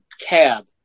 cab